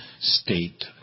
state